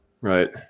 right